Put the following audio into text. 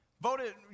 voted